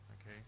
Okay